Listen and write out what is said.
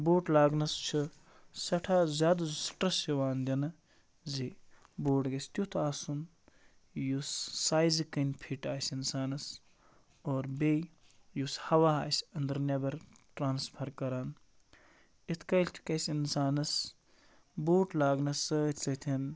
بوٗٹھ لاگنَس چھِ سٮ۪ٹھاہ زیادٕ سِٹرٛس یِوان دِنہٕ زِ بوٗٹ گژھِ تٮُ۪تھ آسُن یُس سایزِ کَِنۍ فِٹ آسہِ اِنسانَس اور بیٚیہِ یُس ہَوا آسہِ أنٛدرٕ نٮ۪بَر ٹرٛانَسفَر کَران یِتھٕ پٲٹھۍ گژھِ اِنسانَس بوٗٹ لاگنَس سۭتۍ سۭتٮ۪ن